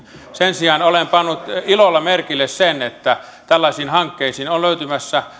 sen sijaan olen pannut ilolla merkille sen että tällaisiin hankkeisiin on löytymässä